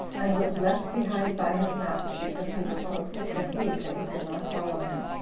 and was left behind by his master, because he was so sick and weak that he could not follow him.